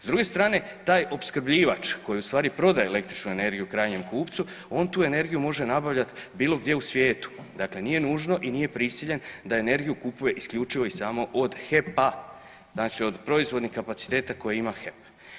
S druge strane taj opskrbljivač koji u stvari prodaje električnu energiju krajnjem kupcu on tu energiju može nabavljat bilo gdje u svijetu, dakle nije nužno i nije prisiljen da energiju kupuje isključivo i samo od HEP-a, znači od proizvodnih kapaciteta koje ima HEP.